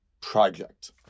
project